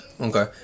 Okay